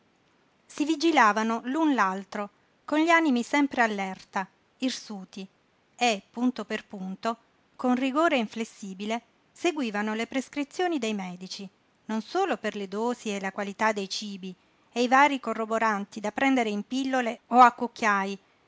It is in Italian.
si vigilavano l'un l'altro con gli animi sempre all'erta irsuti e punto per punto con rigore inflessibile seguivano le prescrizioni dei medici non solo per le dosi e la qualità dei cibi e i varii corroboranti da prendere in pillole o a cucchiaj